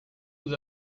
nous